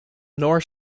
nor